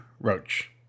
Roach